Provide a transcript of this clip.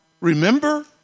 Remember